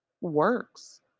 works